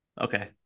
Okay